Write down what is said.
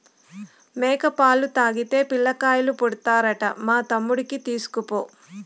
మేక పాలు తాగితే పిల్లకాయలు పుడతారంట మా తమ్ముడికి తీస్కపో